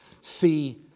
See